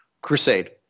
Crusade